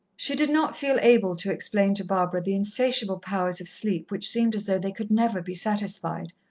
she did not feel able to explain to barbara the insatiable powers of sleep which seemed as though they could never be satisfied,